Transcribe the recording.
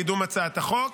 על קידום הצעת החוק.